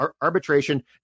arbitration